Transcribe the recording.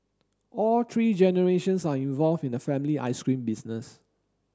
all three generations are involved in the family ice cream business